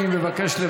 אתה